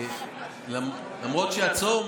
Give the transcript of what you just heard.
למרות שהצום,